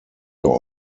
your